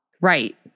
Right